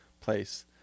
place